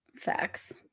Facts